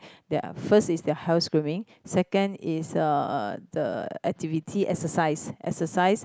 their first is their health screening second is uh the activity exercise exercise